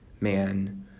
man